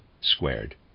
squared